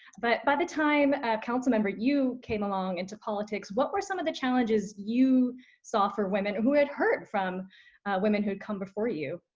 but by the time a council member, you, came along into politics, what were some of the challenges you saw for women who had heard from women who'd come before you?